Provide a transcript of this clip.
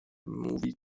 mówi